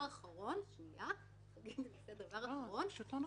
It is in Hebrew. פשוט לא נכון.